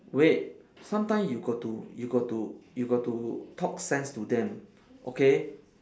wait sometimes you got to you got to you got to talk sense to them okay